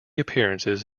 appearances